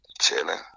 chilling